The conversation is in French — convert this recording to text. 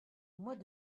mois